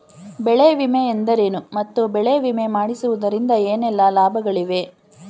ಬೆಳೆ ವಿಮೆ ಎಂದರೇನು ಮತ್ತು ಬೆಳೆ ವಿಮೆ ಮಾಡಿಸುವುದರಿಂದ ಏನೆಲ್ಲಾ ಲಾಭಗಳಿವೆ?